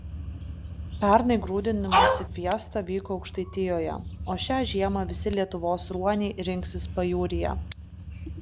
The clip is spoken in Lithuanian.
pernai grūdinimosi fiesta vyko aukštaitijoje o šią žiemą visi lietuvos ruoniai rinksis pajūryje